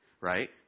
right